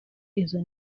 izo